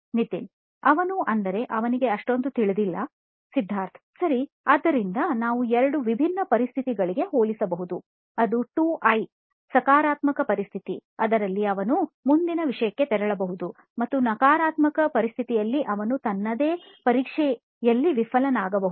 ನಿತಿನ್ ಅವನು ಅಂದರೆ ಅವನಿಗೆ ಅಷ್ಟೊಂದು ತಿಳಿದಿಲ್ಲ ಸಿದ್ಧಾರ್ಥ್ ಸರಿ ಆದ್ದರಿಂದ ನಾವು ಎರಡು ವಿಭಿನ್ನ ಪರಿಸ್ಥಿತಿಗಳಿಗೆ ಹೋಲಿಸಬಹುದು ಅದು 2 ಸಕಾರಾತ್ಮಕ ಪರಿಸ್ಥಿತಿ ಅದರಲ್ಲಿ ಅವನು ಮುಂದಿನ ವಿಷಯಕ್ಕೆ ತೆರಳಬಹುದು ಮತ್ತು ನಕಾರಾತ್ಮಕ ಪರಿಸ್ಥಿತಿಯಲ್ಲಿ ಅವನು ತನ್ನದೇ ಪರೀಕ್ಷೆಯಲ್ಲಿ ವಿಫಲನಾಗಬಹುದು